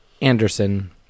Anderson